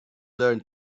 learn